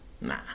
Nah